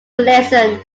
listen